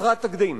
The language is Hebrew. חסרת תקדים